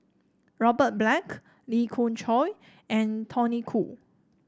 Robert Black Lee Khoon Choy and Tony Khoo